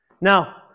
Now